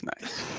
Nice